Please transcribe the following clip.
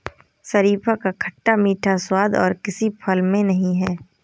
शरीफा का खट्टा मीठा स्वाद और किसी फल में नही है